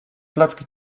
placki